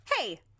Hey